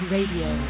Radio